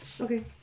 Okay